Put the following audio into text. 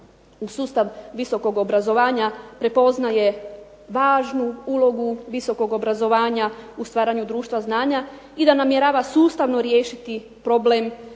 sustav visokog obrazovanja prepoznaje važnu ulogu visokog obrazovanja u stvaranju društva znanja i da namjerava sustavno riješiti problem nedovoljnog